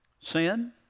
Sin